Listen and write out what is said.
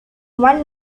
one